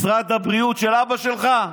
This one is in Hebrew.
משרד הבריאות של אבא שלך?